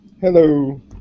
Hello